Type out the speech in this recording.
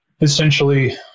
essentially